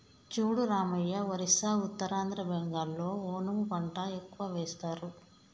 చూడు రామయ్య ఒరిస్సా ఉత్తరాంధ్ర బెంగాల్లో ఓనము పంట ఎక్కువ వేస్తారు